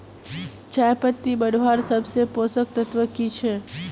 चयपत्ति बढ़वार सबसे पोषक तत्व की छे?